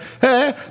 hey